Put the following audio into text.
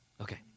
Okay